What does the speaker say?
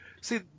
See